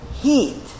heat